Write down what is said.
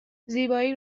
زیبایی